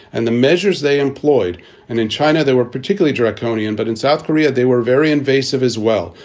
and the measures they employed and in china, they were particularly draconian, but in south korea, they were very invasive as well.